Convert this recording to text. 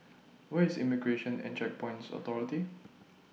Where IS Immigration and Checkpoints Authority